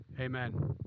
amen